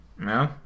No